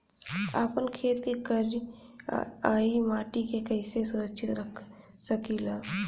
आपन खेत के करियाई माटी के कइसे सुरक्षित रख सकी ला?